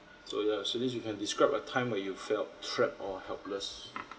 so ya Shi-Ling you can describe a time where you felt trapped or helpless